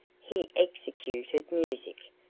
he executed music,